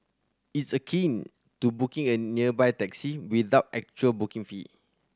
it's akin to booking a nearby taxi without actual booking fee